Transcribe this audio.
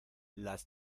las